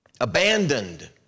abandoned